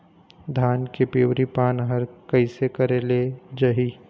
धान के पिवरी पान हर कइसे करेले जाही?